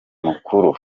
mukuru